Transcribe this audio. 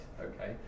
okay